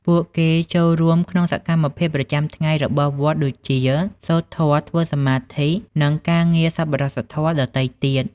ពួកគេចូលរួមក្នុងសកម្មភាពប្រចាំថ្ងៃរបស់វត្តដូចជា សូត្រធម៌ ធ្វើសមាធិ និងការងារសប្បុរសធម៌ដទៃទៀត។